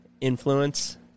influence